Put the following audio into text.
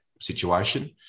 situation